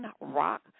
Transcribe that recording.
Rock